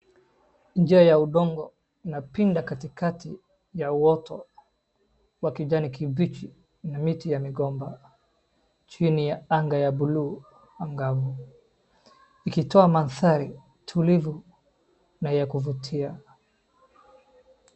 Njia ya udongo inapinda katikati ya uoto wa kijani kibichi na miti ya migomba chini ya anga ya buluu angavu ikitoa mandhari tulivu na ya kuvutia.